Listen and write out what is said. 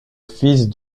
fils